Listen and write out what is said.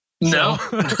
No